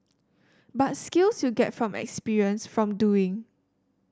but skills you get from experience from doing